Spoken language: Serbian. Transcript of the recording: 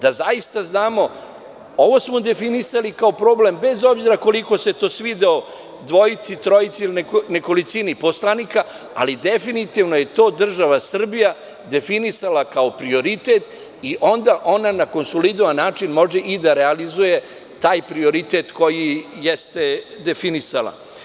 Da zaista znamo, ovo smo definisali kao problem, bez obzira koliko se to svidelo dvojici, trojici ili nekolicini poslanika, ali definitivno je to država Srbija definisala kao prioritet i onda ona na konsolidovan način može i da realizuje taj prioritet koji jeste definisala.